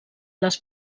les